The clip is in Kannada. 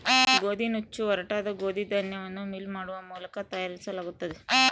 ಗೋದಿನುಚ್ಚು ಒರಟಾದ ಗೋದಿ ಧಾನ್ಯವನ್ನು ಮಿಲ್ ಮಾಡುವ ಮೂಲಕ ತಯಾರಿಸಲಾಗುತ್ತದೆ